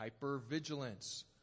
hypervigilance